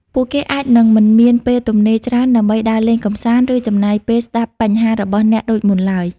ពួកគេអាចនឹងមិនមានពេលទំនេរច្រើនដើម្បីដើរលេងកម្សាន្ត ឬចំណាយពេលស្តាប់បញ្ហារបស់អ្នកដូចមុនឡើយ។